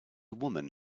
woman